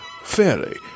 Fairly